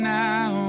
now